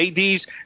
ADs